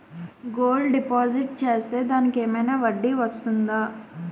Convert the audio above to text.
Gold deposit చేస్తే దానికి ఏమైనా వడ్డీ వస్తుందా?